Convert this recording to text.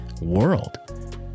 world